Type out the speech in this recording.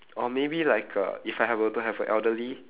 or maybe like a if I have a were to have a elderly